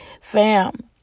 Fam